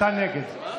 אתה נגד.